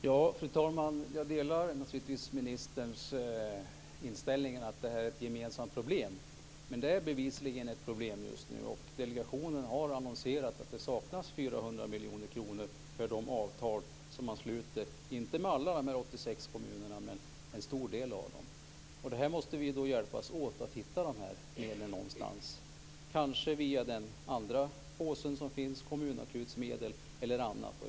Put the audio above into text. Fru talman! Jag delar naturligtvis ministerns inställning att det här är ett gemensamt problem. Men det är bevisligen ett problem just nu, och delegationen har annonserat att det saknas 400 miljoner kronor för avtal som man sluter - inte med alla de här 86 kommunerna men en stor del av dem. Vi måste hjälpas åt att hitta de här medlen någonstans, kanske via den andra påse som finns, kommunakutsmedel.